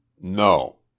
No